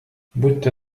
будьте